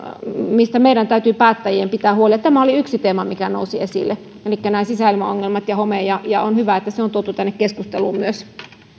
mistä meidän päättäjien täytyy pitää huoli ja yksi teema mikä nousi esille oli nämä sisäilmaongelmat ja home on hyvä että se on tuotu tänne keskusteluun myös